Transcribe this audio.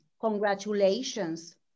congratulations